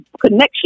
connection